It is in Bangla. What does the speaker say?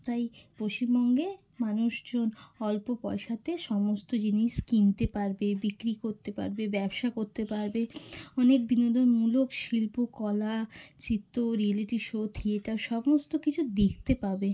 তাই পশ্চিমবঙ্গে মানুষজন অল্প পয়সাতে সমস্ত জিনিস কিনতে পারবে বিক্রি করতে পারবে ব্যবসা করতে পারবে অনেক বিনোদনমূলক শিল্পকলা চিত্র রিয়্যালিটি শো থিয়েটার সমস্ত কিছু দেখতে পাবে